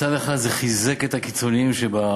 מצד אחד זה חיזק את הקיצוניים שבאויבים,